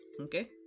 okay